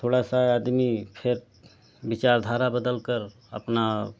थोड़ा सा आदमी खेत विचारधारा बदलकर अपना